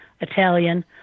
Italian